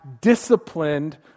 disciplined